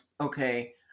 okay